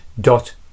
dot